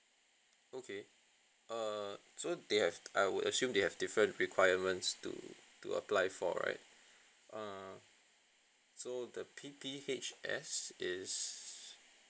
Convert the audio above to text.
okay err so they have I would assume they have different requirements to to apply for right err so the P_P_H_S is